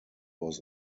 was